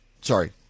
sorry